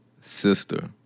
sister